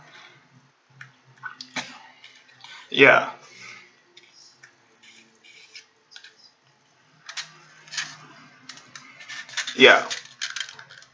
ya ya